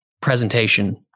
presentation